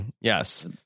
Yes